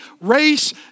race